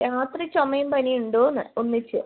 രാത്രി ചുമയും പനിയും ഉണ്ടോ എന്ന് ഒന്നിച്ച്